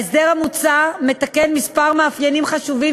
ההסדר המוצע מתקן כמה מאפיינים חשובים